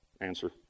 answer